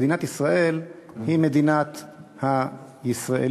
מדינת ישראל היא מדינת הישראלים,